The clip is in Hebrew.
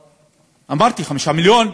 אמרתי, 5 מיליון.